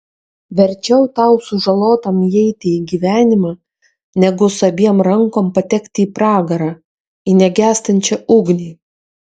verčiau tau sužalotam įeiti į gyvenimą negu su abiem rankom patekti į pragarą į negęstančią ugnį